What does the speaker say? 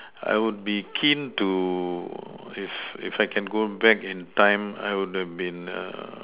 I would be keen to if if I can go back in time I would have been a